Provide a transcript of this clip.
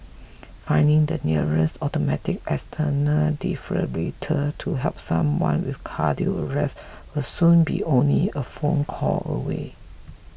finding the nearest automated external defibrillator to help someone with cardiac arrest will soon be only a phone call away